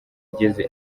igeze